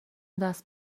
دست